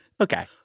Okay